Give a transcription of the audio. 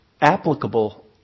applicable